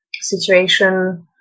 situation